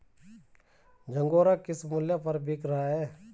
झंगोरा किस मूल्य पर बिक रहा है?